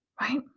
Right